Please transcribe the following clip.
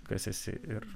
kas esi ir